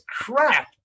crap